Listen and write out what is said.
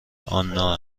آنا